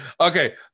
Okay